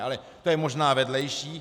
Ale to je možná vedlejší.